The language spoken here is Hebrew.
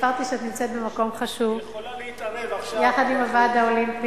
סיפרתי שאת נמצאת במקום חשוב יחד עם הוועד האולימפי,